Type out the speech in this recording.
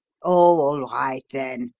all right, then,